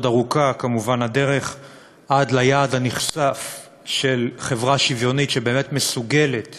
עוד ארוכה כמובן הדרך עד ליעד הנכסף של חברה שוויונית שבאמת מסוגלת